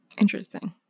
Interesting